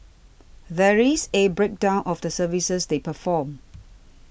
there is a breakdown of the services they perform